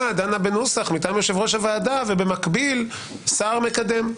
דנה בנוסח מטעם יושב-ראש הוועדה ובמקביל שר מקדם?